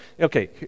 okay